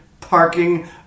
Parking